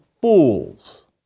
fools